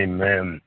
Amen